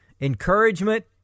Encouragement